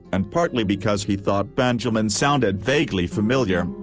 and partly because he thought benjaman sounded vaguely familiar,